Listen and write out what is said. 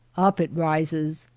up it rises,